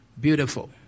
Beautiful